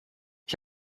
ich